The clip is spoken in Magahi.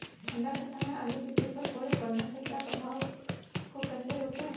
ठंढ के समय आलू के खेत पर कोहरे के प्रभाव को कैसे रोके?